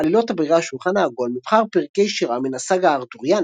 עלילות אבירי השולחן העגול - מבחר פרקי שירה מן הסאגה הארתוריאנית,